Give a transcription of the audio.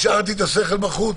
השארתי את השכל בחוץ.